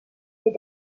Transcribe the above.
ces